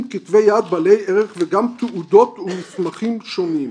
כתבי יד בעלי ערך וגם תעודות ומסמכים שונים,